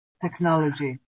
technology